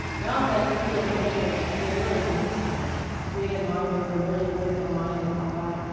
and i'll bet he feels a measure of superiority on his side creative mind over merely critical mind and all that.